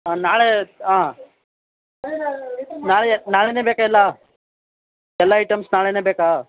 ನಾಳೆ ಆಂ ನಾಳೆಯೇ ನಾಳೆನೇ ಬೇಕಾ ಎಲ್ಲ ಎಲ್ಲ ಐಟಮ್ಸ್ ನಾಳೆನೇ ಬೇಕಾ